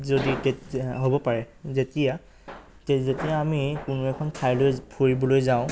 যদি তে হ'ব পাৰে যেতিয়া যেতিয়া আমি কোনো এখন ঠাইলৈ ফুৰিবলৈ যাওঁ